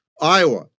Iowa